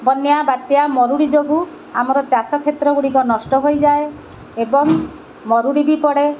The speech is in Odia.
ବନ୍ୟା ବାତ୍ୟା ମରୁଡ଼ି ଯୋଗୁଁ ଆମର ଚାଷ କ୍ଷେତ୍ର ଗୁଡ଼ିକ ନଷ୍ଟ ହୋଇଯାଏ ଏବଂ ମରୁଡ଼ି ବି ପଡ଼େ